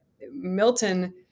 Milton